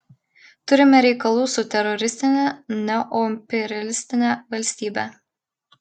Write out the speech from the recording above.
turime reikalų su teroristine neoimperialistine valstybe